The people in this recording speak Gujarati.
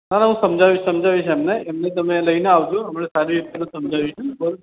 ના ના હું સમજાવીશ સમજાવીશ એમને એમને તમે લઈને આવજો એમને સારી રીતે સમજાવીશ બોલો